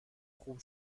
خوب